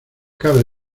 cabe